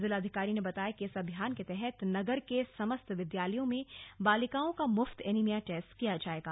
जिलाधिकारी ने बताया कि इस अभियान के तहत नगर के समस्त विद्यालयों में बालिकाओ का मुफ्त एनीमिया टेस्ट किया जायेगा